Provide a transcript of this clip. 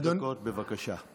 חמש דקות, בבקשה.